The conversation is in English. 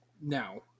Now